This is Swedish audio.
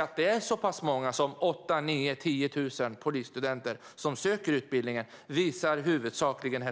Att det är så pass många som 8 000-10 000 som söker till polisutbildningen visar huvudsakligen